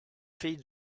fille